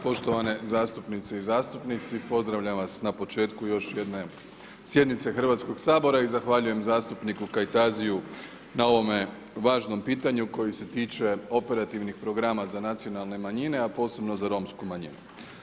Poštovane zastupnice i zastupnici, pozdravljam vas na početku još jedne sjednice Hrvatskog sabora i zahvaljujem zastupniku Kajtaziju na ovome važnom pitanju koje se tiče operativnih programa za nacionalne manjine, a posebno za romsku manjinu.